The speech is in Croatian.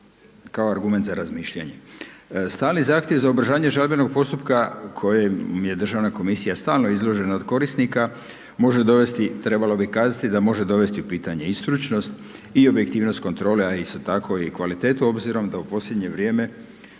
kao argument kao razmišljanje. Stalni zahtjev za održanje žalbenog postupka kojem je Državna komisija stalno izložena od korisnika, može dovesti, trebalo bi kazati, da može dovesti u pitanje i stručnosti i objektivnost kontrole a isto tako i kvalitetu obzirom da u posljednje vrijeme